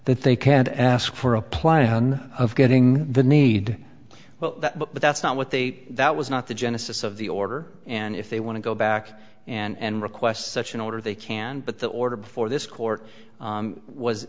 that they can't ask for a plan of getting the need well that but that's not what they that was not the genesis of the order and if they want to go back and request such an order they can but the order before this court